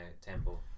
tempo